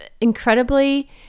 incredibly